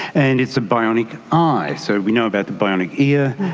and it's a bionic eye. so we know about the bionic ear,